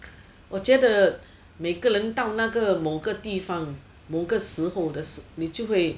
我觉得每个人到那个某个地方某个时候你就会